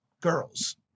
girls